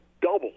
double